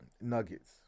Nuggets